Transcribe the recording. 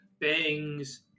Bangs